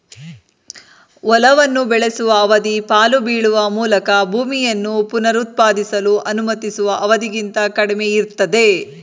ಹೊಲವನ್ನು ಬೆಳೆಸುವ ಅವಧಿ ಪಾಳು ಬೀಳುವ ಮೂಲಕ ಭೂಮಿಯನ್ನು ಪುನರುತ್ಪಾದಿಸಲು ಅನುಮತಿಸುವ ಅವಧಿಗಿಂತ ಕಡಿಮೆಯಿರ್ತದೆ